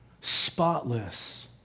spotless